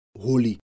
holy